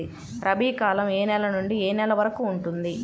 రబీ కాలం ఏ నెల నుండి ఏ నెల వరకు ఉంటుంది?